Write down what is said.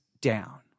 down